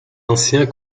anciens